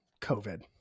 COVID